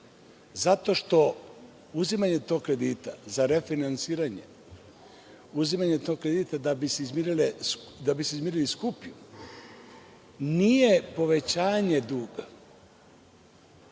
Zato što uzimanje tog kredita za refinansiranje, uzimanje tog kredita da bi se izmirio skup nije povećanje duga.